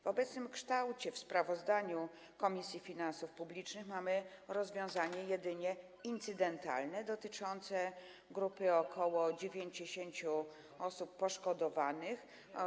W obecnym kształcie sprawozdania Komisji Finansów Publicznych mamy rozwiązanie jedynie incydentalne, dotyczące grupy ok. 90 osób poszkodowanych.